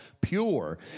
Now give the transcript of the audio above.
pure